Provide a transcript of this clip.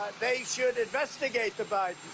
they should investigate the but